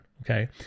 okay